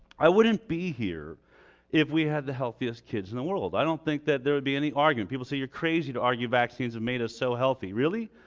i wouldn't be here if we had the healthiest kids in the world i don't think that there would be any argument. people say you're crazy to argue vaccines have made us so healthy. really.